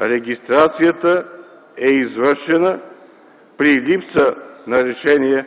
Регистрацията е извършена при липса на решение